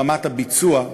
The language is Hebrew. ברמת הביצוע,